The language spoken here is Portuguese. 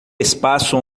espaço